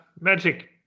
magic